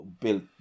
built